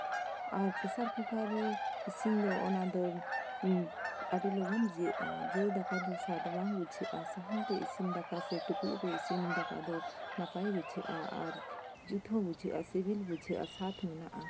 ᱟᱨ ᱯᱮᱥᱟᱨ ᱠᱩᱠᱟᱨ ᱨᱮ ᱤᱥᱤᱱ ᱫᱚ ᱚᱱᱟᱫᱚ ᱟᱹᱰᱤ ᱞᱚᱜᱚᱱ ᱡᱟᱹᱜᱼᱟ ᱡᱟᱹ ᱫᱟᱠᱟ ᱫᱚ ᱥᱟᱫ ᱵᱟᱝ ᱵᱩᱡᱷᱟᱹᱜᱼᱟ ᱟᱨ ᱥᱟᱦᱟᱱ ᱛᱮ ᱤᱥᱤᱱ ᱫᱟᱠᱟ ᱥᱮ ᱴᱩᱠᱩᱡ ᱨᱮ ᱤᱥᱤᱱ ᱫᱟᱠᱟ ᱫᱚ ᱱᱟᱯᱟᱭ ᱵᱩᱡᱷᱟᱹᱜᱼᱟ ᱟᱨ ᱡᱩᱛ ᱦᱚᱸ ᱵᱩᱡᱷᱟᱹᱜᱼᱟ ᱥᱤᱵᱤᱞ ᱵᱩᱡᱷᱟᱹᱜᱼᱟ ᱥᱟᱫ ᱢᱮᱱᱟᱜᱼᱟ